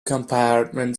compartment